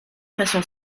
façon